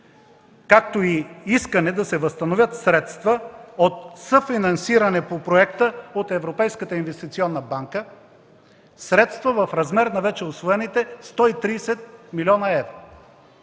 да има искане да се възстановят средства от съфинансиране по проекта от Европейската инвестиционна банка в размер на вече усвоените 130 млн. евро.